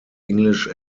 english